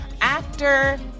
actor